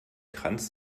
kranz